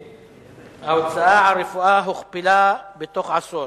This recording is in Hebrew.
ההוצאה על רפואה הוכפלה בתוך עשור.